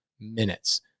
minutes